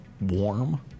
warm